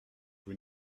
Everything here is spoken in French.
vous